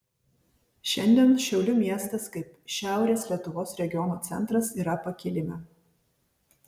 šiandien šiaulių miestas kaip šiaurės lietuvos regiono centras yra pakilime